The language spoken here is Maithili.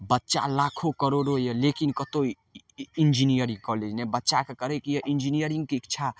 बच्चा लाखो करोड़ो यऽ लेकिन कतहु इन्जीनियरिन्ग कॉलेज नहि बच्चाके करैके यऽ इन्जीनियरिन्गके इच्छा